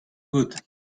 good